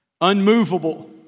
unmovable